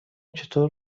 چطور